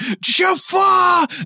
Jafar